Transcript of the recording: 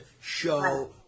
show